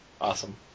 Awesome